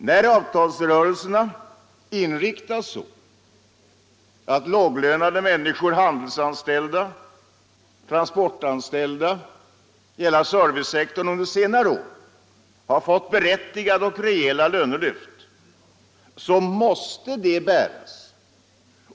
När avtalsrörelserna inriktats så att lågavlönade människor — handelsanställda, transportanställda och övriga anställda inom servicesektorn — under senare år har fått berättigade och rejäla lönelyft, så måste kostnaderna därför bäras.